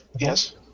Yes